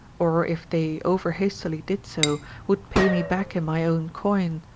or if they over hastily did so would pay me back in my own coin.